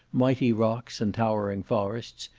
mighty rocks and towering forests,